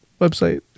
website